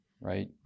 right